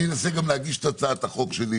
אנסה לקדם את הצעת החוק שלי.